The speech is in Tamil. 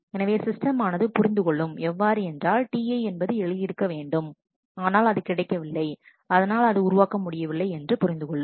எனவே சிஸ்டம் ஆனது புரிந்துகொள்ளும் எவ்வாறு என்றாள் T i என்பது எழுதியிருக்க வேண்டும் ஆனால் அது கிடைக்கவில்லை அதனால் அது உருவாக்க முடியவில்லை என்று புரிந்து கொள்ளும்